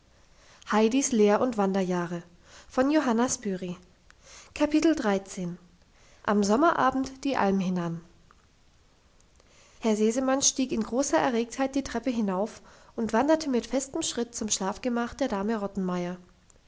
am sommerabend die alm hinan herr sesemann stieg in großer erregtheit die treppe hinauf und wanderte mit festem schritt zum schlafgemach der